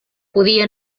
podia